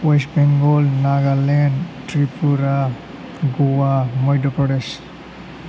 अवेस बेंगल नागालेण्ड त्रिपुरा ग'वा मध्य प्रदेश